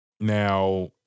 Now